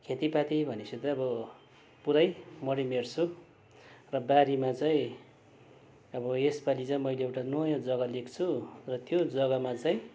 खेतीपाती भनेपछि चाहिँ अब पुरै मरिमेट्छु र बारीमा चाहिँ अब यस पालि चाहिँ मैले एउटा नयाँ जग्गा लिएको छु र त्यो जग्गामा चाहिँ